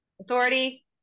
Authority